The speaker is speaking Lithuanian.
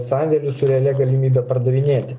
sandėrius su realia galimybe pardavinėti